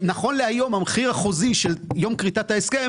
נכון להיום המחיר החוזי של יום כריתת ההסכם